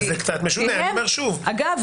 אגב,